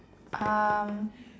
um